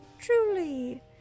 Truly